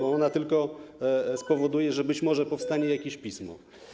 Ona tylko spowoduje, że być może powstanie jakieś pismo.